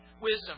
wisdom